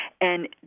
And-